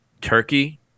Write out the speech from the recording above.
Turkey